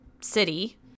city